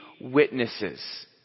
witnesses